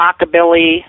rockabilly